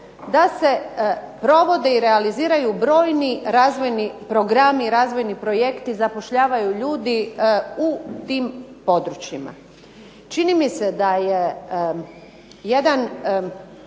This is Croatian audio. da se provode i realiziraju brojni razvojni programi, razvojni projekti, zapošljavaju ljudi u tim područjima. Čini mi se da je jedan